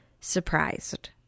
surprised